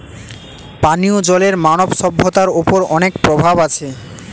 পানিও জলের মানব সভ্যতার ওপর অনেক প্রভাব আছে